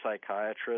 psychiatrist